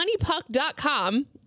MoneyPuck.com